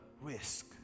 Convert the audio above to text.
risk